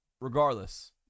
regardless